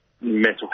mental